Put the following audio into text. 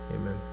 amen